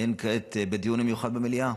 וכעת בדיון המיוחד במליאה.